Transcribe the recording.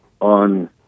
on